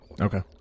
Okay